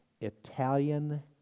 Italian